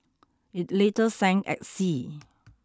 it later sank at sea